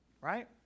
Right